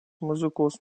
muzikos